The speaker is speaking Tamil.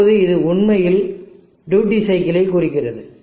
இப்போது இது உண்மையில் டியூட்டி சைக்கிளை குறிக்கிறது